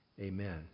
amen